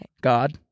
God